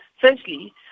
firstly